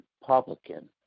Republican